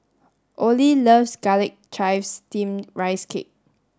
Olie loves garlic chives steamed rice cake